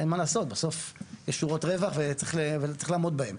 אין מה לעשות, יש שורות רווח וצריך לעמוד בהם,